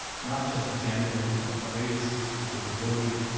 not just gender, but race, disability,